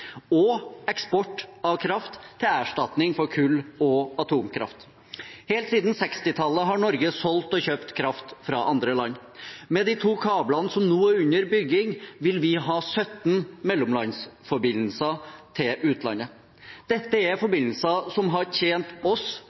og gjennom eksport av kraft til erstatning for kull- og atomkraft. Helt siden 1960-tallet har Norge solgt og kjøpt kraft fra andre land. Med de to kablene som nå er under bygging, vil vi ha 17 mellomlandsforbindelser til utlandet. Dette er forbindelser som har tjent oss,